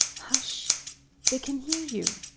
hush they can hear you!